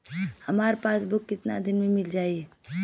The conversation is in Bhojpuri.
हमार पासबुक कितना दिन में मील जाई?